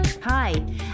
Hi